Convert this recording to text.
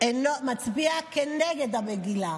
מצביע כנגד המגילה.